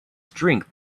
strength